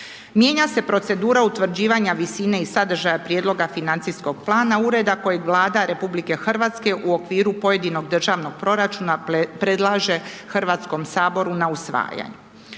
Mijenja se procedura utvrđivanja visine i sadržaja prijedloga financijskog plana ureda kojeg Vlada RH u okviru pojedinog državnog proračuna predlaže HS na usvajanje.